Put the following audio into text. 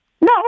No